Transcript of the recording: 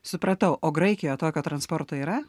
supratau o graikijo tokio transporto yra